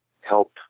help